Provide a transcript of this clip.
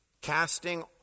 casting